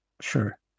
Sure